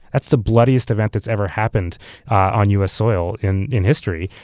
that's the bloodiest event that's ever happened on u s. soil in in history.